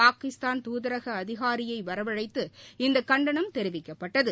பாகிஸ்தான் தூதரக அதிகாரியை வரவழைத்து இந்த கண்டனம் தெரிவிக்கப்பட்டது